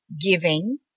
giving